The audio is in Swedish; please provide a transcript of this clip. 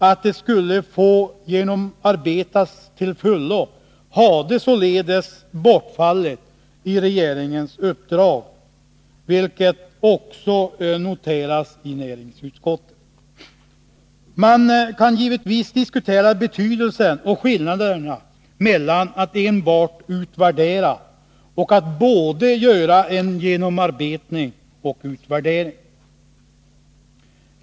Att det skulle ”få genomarbetas till fullo” hade således bortfallit i regeringens uppdrag, vilket också noteras i näringsutskottet. Man kan givetvis diskutera betydelsen av och skillnaderna mellan att enbart utvärdera och att göra både en genomarbetning och en utvärdering.